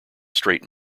straight